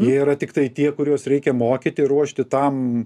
jie yra tiktai tie kuriuos reikia mokyti ruošti tam